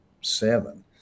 seven